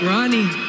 Ronnie